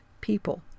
people